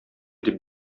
дип